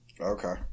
Okay